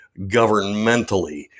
governmentally